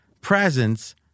presence